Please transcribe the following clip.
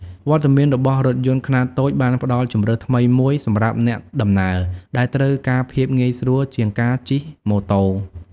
វត្តមានរបស់រថយន្តខ្នាតតូចបានផ្តល់ជម្រើសថ្មីមួយសម្រាប់អ្នកដំណើរដែលត្រូវការភាពងាយស្រួលជាងការជិះម៉ូតូ។